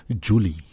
Julie